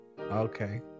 Okay